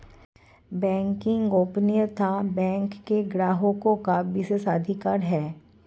banking गोपनीयता bank के ग्राहकों का विशेषाधिकार है